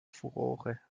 furore